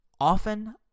often